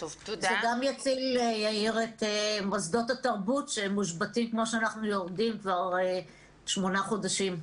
גם יציל את מוסדות התרבות שמושבתים כבר שמונה חודשים.